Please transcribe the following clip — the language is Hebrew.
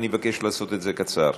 אני מבקש לעשות את זה קצר.